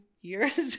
years